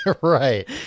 Right